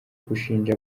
gushinja